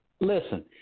Listen